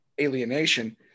alienation